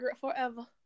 Forever